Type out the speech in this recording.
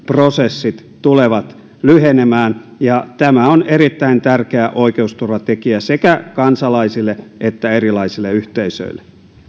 prosessit tulevat lyhenemään ja tämä on erittäin tärkeä oikeusturvatekijä sekä kansalaisille että erilaisille yhteisöille